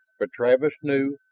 but travis knew,